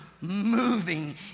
moving